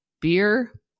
beer